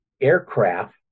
aircraft